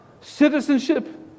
citizenship